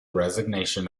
resignation